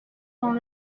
dans